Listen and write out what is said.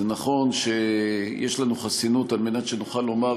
זה נכון שיש לנו חסינות כדי שנוכל לומר